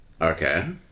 Okay